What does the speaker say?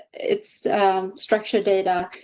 it's structured data,